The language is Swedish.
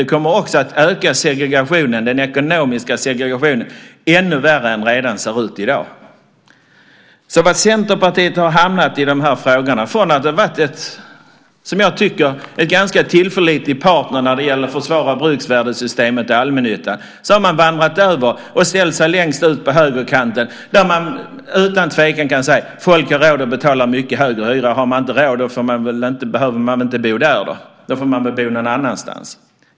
Det kommer också att öka den ekonomiska segregationen ännu värre än det ser ut redan i dag. Från att Centerpartiet har varit en som jag tycker ganska tillförlitlig partner när det gäller att försvara bruksvärdessystemet i allmännyttan har man vandrat över och ställt sig längst ut på högerkanten. Där kan man utan tvekan säga: Folk har råd att betala mycket högre hyra. Om man inte har råd behöver man väl inte bo där. Då får man väl bo någon annanstans.